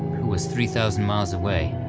who was three thousand miles away,